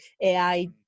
AI